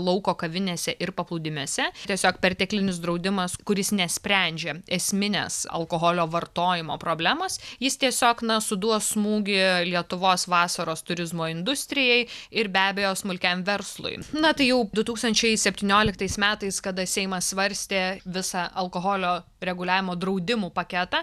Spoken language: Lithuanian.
lauko kavinėse ir paplūdimiuose tiesiog perteklinis draudimas kuris nesprendžia esminės alkoholio vartojimo problemos jis tiesiog na suduos smūgį lietuvos vasaros turizmo industrijai ir be abejo smulkiam verslui na tai jau du tūkstančiai septynioliktais metais kada seimas svarstė visą alkoholio reguliavimo draudimų paketą